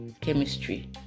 Chemistry